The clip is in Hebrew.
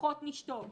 פחות נשתוק.